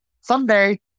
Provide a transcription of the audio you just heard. Someday